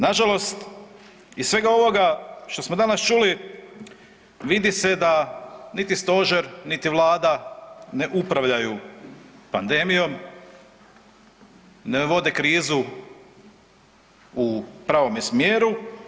Na žalost iz svega ovoga što smo danas čuli vidi se da niti stožer, niti Vlada ne upravljaju pandemijom, ne vode krizu u pravome smjeru.